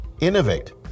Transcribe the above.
innovate